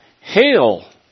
Hail